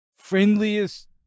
friendliest